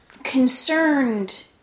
concerned